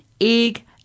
egg